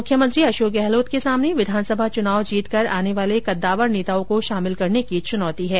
मुख्यमंत्री अशोक गहलोत के सामने विधानसभा चुनाव जीतकर आने वाले कद्दावर नेताओं को शामिल करने की चुनौती हैं